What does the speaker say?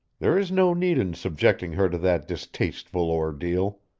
there is no need in subjecting her to that distasteful ordeal.